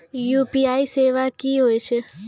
UPI सेवा की होय छै?